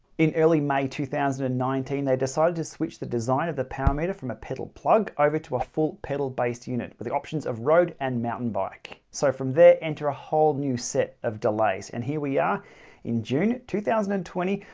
in early may two thousand and nineteen, they decided to switch the design of the power meter from a pedal plug, over to a full pedal based unit with the options of road and mountain bike so from there enter a whole new set of delays. and here we are in june two thousand and twenty,